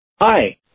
Hi